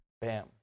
Bam